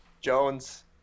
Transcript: Jones